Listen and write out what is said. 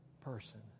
person